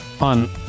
On